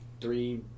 three